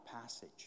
passage